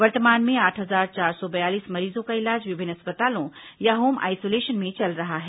वर्तमान में आठ हजार चार सौ बयालीस मरीजों का इलाज विभिन्न अस्पतालों या होम आइसोलेशन में चल रहा है